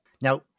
Now